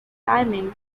timing